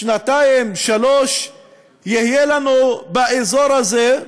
שנתיים, שלוש שנים, יהיו לנו באזור הזה,